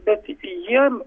bet jiem